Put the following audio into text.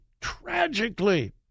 tragically